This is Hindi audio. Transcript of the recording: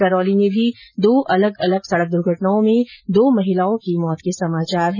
करौली में भी दो अलग अलग सड़क दुर्घटनाओं में दो महिलाओं की मौत हो गई